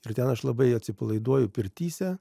ir ten aš labai atsipalaiduoju pirtyse